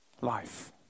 life